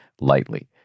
lightly